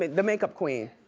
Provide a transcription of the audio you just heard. the makeup queen?